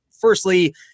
firstly –